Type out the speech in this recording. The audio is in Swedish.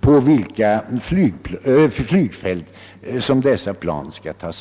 på vilka flygfält planen skall få landa.